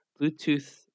Bluetooth